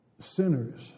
sinners